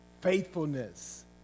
faithfulness